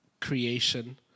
creation